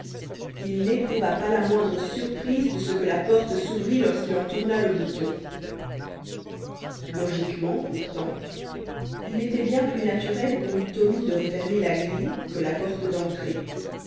il n'éprouva pas la moindre surprise de ce que la porte s'ouvrît lorsqu'il en tourna le bouton logiquement pourtant il était bien plus naturel qu'on eût omis de refermer la grille que la porte d'entrée